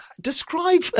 Describe